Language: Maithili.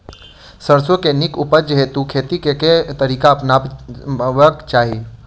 सैरसो केँ नीक उपज हेतु खेती केँ केँ तरीका अपनेबाक चाहि?